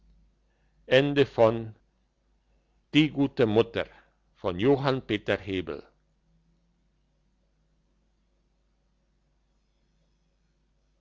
die gute mutter